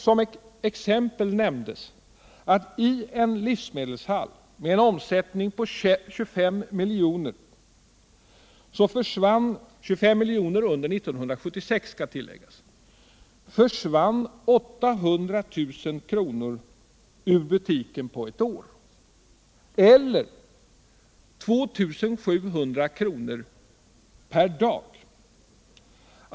Som exempel nämndes att det i en livsmedelshall med en omsättning på 25 milj.kr. under 1976 försvann varor för 800 000 kr. ur butiken eller 2 700 kr. per dag.